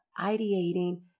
ideating